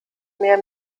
mehr